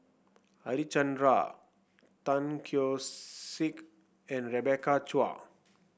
Harichandra Tan Keong Saik and Rebecca Chua